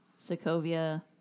Sokovia